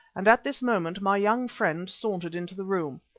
and at this moment my young friend sauntered into the room.